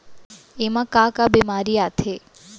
एमा का का बेमारी आथे?